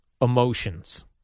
emotions